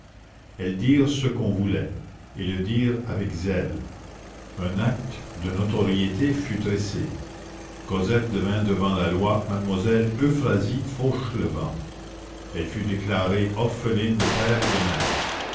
elles dirent ce qu'on voulut et le dirent avec zèle un acte de notoriété fut dressé cosette devint devant la loi mademoiselle euphrasie fauchelevent elle fut déclarée orpheline de père et de mère